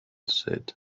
said